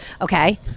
Okay